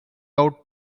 out